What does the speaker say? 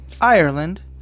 Ireland